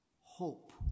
hope